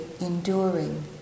Enduring